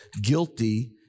guilty